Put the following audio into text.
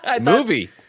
Movie